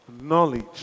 knowledge